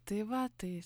tai va tai